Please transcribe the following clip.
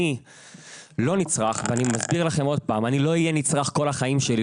אני לא נצרך ואני מסביר לכם עוד פעם שאני לא אהיה נצרך כל החיים שלי.